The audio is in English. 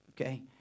Okay